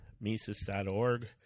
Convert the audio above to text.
Mises.org